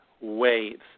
waves